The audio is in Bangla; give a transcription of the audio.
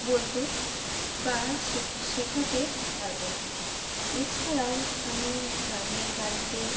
বলতে বা শ শেখাতে পারবো না এছাড়াও আমি গ্রামের বাড়িতে